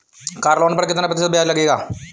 Car loan पर कितना प्रतिशत ब्याज लगेगा?